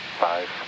Five